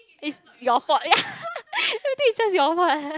it's your fault ya everything is just your fault